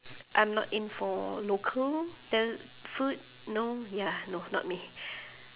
I'm not in for local the food no ya no not me